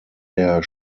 der